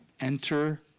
Enter